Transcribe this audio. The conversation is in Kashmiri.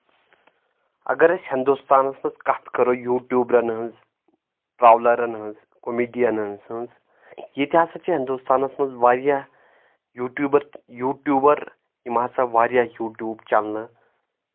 اگر أسۍ ہندوستانس منٛز کتھ کرو یوٗٹیوٗبرن ہٕنٛز ٹرٛولرَن ہٕنٛز کمیڈیَنن ہٕنٛز ییٚتہِ ہسا چھِ ہندوستانس منٛز واریاہ یوٗٹیوٗبر یوٗٹیوٗبر یِم ہسا واریاہ یوٗٹوٗب چلنہٕ